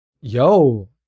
Yo